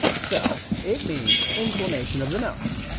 so it means inflammation of the nose.